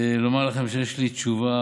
לומר לכם שיש לי תשובה